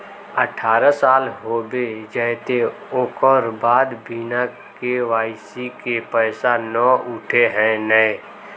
अठारह साल होबे जयते ओकर बाद बिना के.वाई.सी के पैसा न उठे है नय?